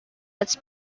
its